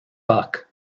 back